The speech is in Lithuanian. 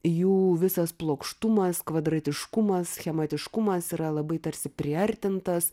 jų visas plokštumas kvadratiškumas schematiškumas yra labai tarsi priartintas